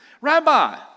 Rabbi